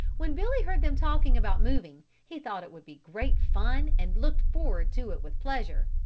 when billy heard them talking about moving, he thought it would be great fun and looked forward to it with pleasure.